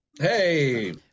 Hey